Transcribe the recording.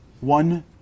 One